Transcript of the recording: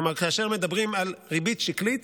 כלומר, כאשר מדברים על ריבית שקלית,